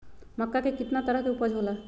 मक्का के कितना तरह के उपज हो ला?